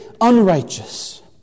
unrighteous